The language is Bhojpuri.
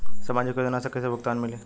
सामाजिक योजना से कइसे भुगतान मिली?